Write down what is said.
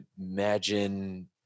imagine